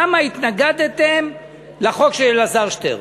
למה התנגדתם לחוק של אלעזר שטרן?